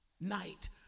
night